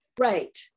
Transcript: Right